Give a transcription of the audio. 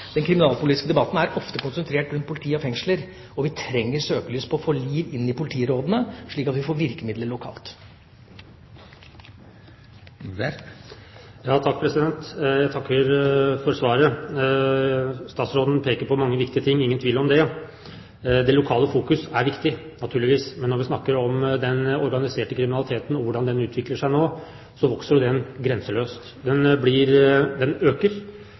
den kriminalpolitiske debatten ofte er konsentrert rundt politi og fengsler, og vi trenger å sette søkelyset på å få liv inn i politirådene, slik at vi får virkemidler lokalt. Jeg takker for svaret. Statsråden peker på mange viktige ting – ingen tvil om det. Det lokale fokus er viktig, naturligvis, men når vi snakker om den organiserte kriminaliteten og hvordan den utvikler seg nå, så vokser jo den grenseløst. Den øker. Den